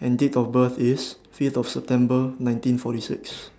and Date of birth IS Fifth of September nineteen forty six